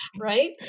right